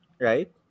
right